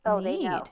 need